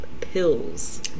pills